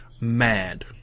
mad